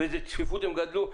ובאיזה צפיפות הם גדלו,